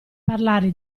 parlare